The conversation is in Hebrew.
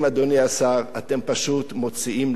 אתם פשוט מוציאים להם את הנשמה.